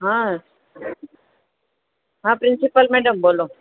હા હા principal madam બોલો